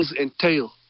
entail